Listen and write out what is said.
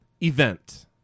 event